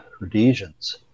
Rhodesians